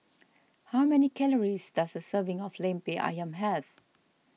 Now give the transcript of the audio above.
how many calories does a serving of Lemper Ayam have